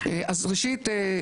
אז ראשית,